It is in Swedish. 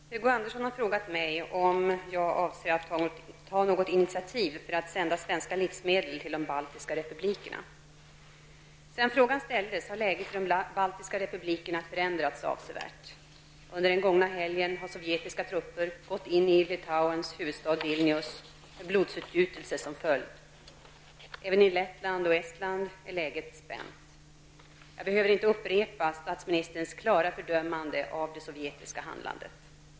Herr talman! Hugo Andersson har frågat mig om jag avser ta något initiativ för att sända svenska livsmedel till de baltiska republikerna. Sedan frågan ställdes har läget i de baltiska republikerna förändrats avsevärt. Under den gångna helgen har sovjetiska trupper gått in i Litauens huvudstad Vilnius, med blodsutgjutelse som följd. Även i Lettland och Estland är läget spänt. Jag behöver inte upprepa statsministerns klara fördömande av det sovjetiska handlandet.